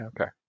Okay